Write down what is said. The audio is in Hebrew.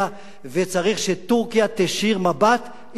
וצריך שטורקיה תישיר מבט אל ההיסטוריה,